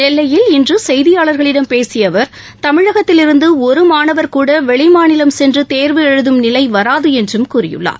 நெல்லையில் இன்று செய்தியாளர்களிடம் பேசிய அவர் தமிழகத்தில் இருந்து ஒரு மாணவர் கூட வெளிமாநிலம் சென்று தேர்வு எழுதம் நிலை வராது என்றும் கூறியுள்ளார்